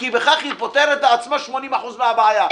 כי בכך היא פותרת לעצמה 80% מן הבעיה.